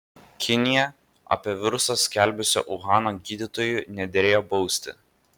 kinija apie virusą skelbusio uhano gydytojo nederėjo bausti